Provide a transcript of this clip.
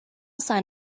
sign